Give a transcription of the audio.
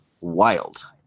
Wild